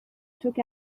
took